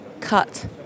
cut